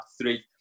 three